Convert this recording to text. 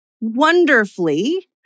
wonderfully